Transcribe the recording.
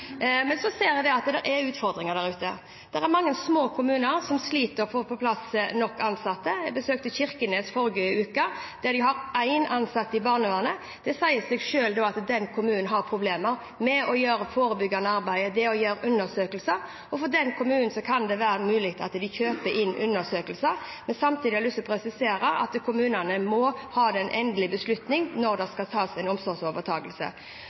Men så ser jeg at det er utfordringer der ute. Det er mange små kommuner som sliter med å få på plass nok ansatte. Jeg besøkte Kirkenes i forrige uke, derUtsagnet er senere av statsråden endret til: jeg hørte om kommuner der de har én ansatt i barnevernet. Da sier det seg selv at den kommunen har problemer med å gjøre det forebyggende arbeidet, det å gjøre undersøkelser, og for den kommunen kan det være mulig at de kjøper den tjenesten. Men samtidig har jeg lyst til å presisere at kommunene må ta den endelige beslutning når det skal